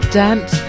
dance